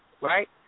right